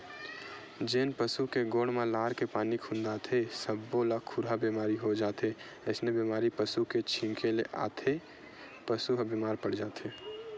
जेन पसु के गोड़ म लार के पानी खुंदाथे सब्बो ल खुरहा बेमारी हो जाथे अइसने बेमारी पसू के छिंके ले आने पसू ह बेमार पड़ जाथे